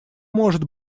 может